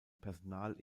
personal